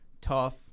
tough